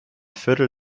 viertel